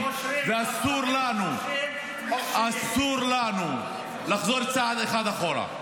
--- אסור לנו, אסור לנו לחזור צעד אחד אחורה.